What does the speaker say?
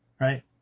Right